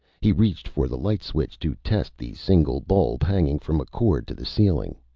he reached for the light switch to test the single bulb hanging from a cord to the ceiling.